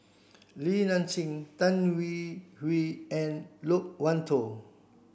Li Nanxing Tan Hwee Hwee and Loke Wan Tho